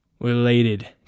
related